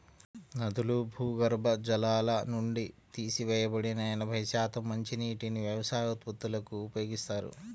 నదులు, భూగర్భ జలాల నుండి తీసివేయబడిన ఎనభై శాతం మంచినీటిని వ్యవసాయ ఉత్పత్తులకు ఉపయోగిస్తారు